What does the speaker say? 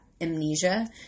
amnesia